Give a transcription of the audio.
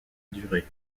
durée